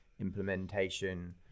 implementation